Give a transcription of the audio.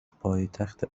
پایتخت